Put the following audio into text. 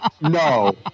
No